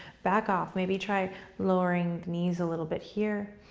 back off. maybe try lowering the knees a little bit here.